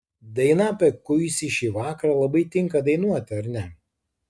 daina apie kuisį šį vakarą labai tinka dainuoti ar ne